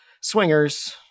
Swingers